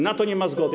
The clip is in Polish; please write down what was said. Na to nie ma zgody.